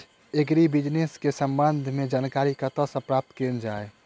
Agri business केँ संबंध मे जानकारी कतह सऽ प्राप्त कैल जाए?